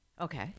Okay